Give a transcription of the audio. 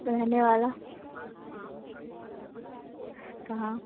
रहने वाला कहाँ